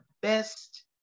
best